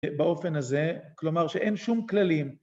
‫באופן הזה, כלומר שאין שום כללים...